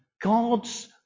God's